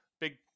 Big